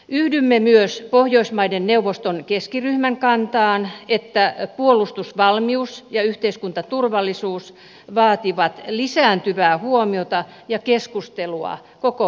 yhdymme myös pohjoismaiden neuvoston keskiryhmän kantaan että puolustusvalmius ja yhteiskuntaturvallisuus vaativat lisääntyvää huomiota ja keskustelua koko pohjoismaissa